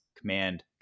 Command